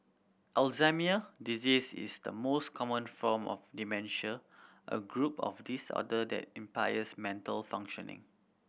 Alzheimer disease is the most common form of dementia a group of disorder that impairs mental functioning